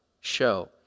show